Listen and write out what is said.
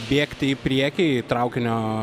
bėgti į priekį į traukinio